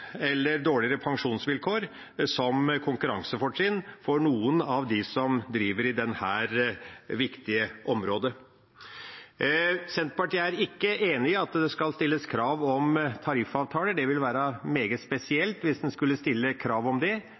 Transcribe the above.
eller dårligere pensjonsvilkår som konkurransefortrinn for noen av dem som driver i dette viktige området, men Senterpartiet er ikke enig i at det skal stilles krav om tariffavtaler. Det ville være meget spesielt hvis en skulle stille krav om det.